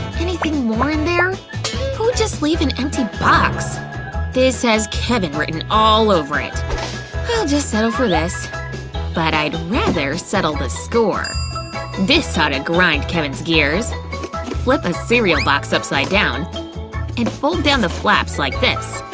anything worn there who just leave an empty box this has kevin written all over it well just settle for less but i'd rather settle the score this sought a grind kevin's gears flip a cereal box upside down and fold down the flaps like this